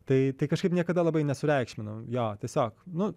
tai kažkaip niekada labai nesureikšminau jo tiesiog nu